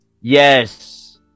Yes